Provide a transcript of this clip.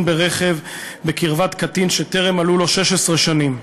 ברכב בקרבת קטין שטרם מלאו לו 16 שנים).